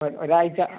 O ഒരാഴ്ച